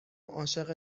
عاشق